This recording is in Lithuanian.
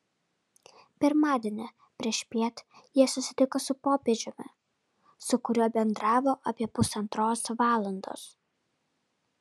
pirmadienį priešpiet jie susitiko su popiežiumi su kuriuo bendravo apie pusantros valandos